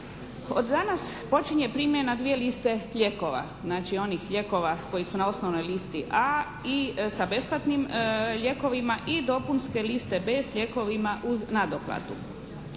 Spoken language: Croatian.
Od danas počinje primjena dvije liste lijekova, znači onih lijekova koji su na osnovnoj listi A i sa besplatnim lijekovima i dopunske liste B s lijekovima uz nadoplatu.